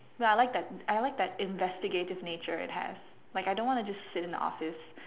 well I like that I like that investigative nature it has like I don't wanna just sit in the office